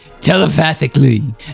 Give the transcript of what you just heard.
telepathically